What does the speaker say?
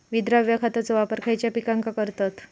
विद्राव्य खताचो वापर खयच्या पिकांका करतत?